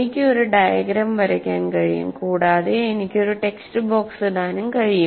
എനിക്ക് ഒരു ഡയഗ്രം വരയ്ക്കാൻ കഴിയും കൂടാതെ എനിക്ക് ഒരു ടെക്സ്റ്റ്ബോക്സ് ഇടാനും കഴിയും